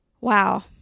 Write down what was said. wow